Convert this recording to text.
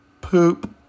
poop